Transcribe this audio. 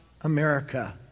America